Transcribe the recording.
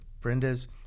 Brenda's